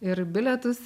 ir bilietus